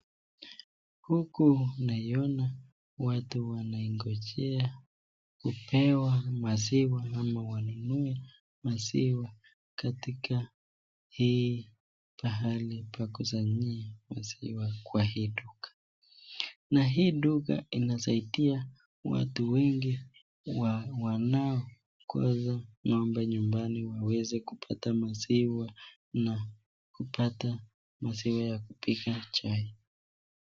Huku naiona watu wanangojea kupewa maziwa ama wanunue maziwa katika hii pahali pa kusanyia maziwa kwa hii duka. Na hii duka inasaidia watu wengi wanao kuweza ng'ombe nyumbani waweze kupata maziwa na kupata maziwa ya kupiga chai.